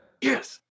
Yes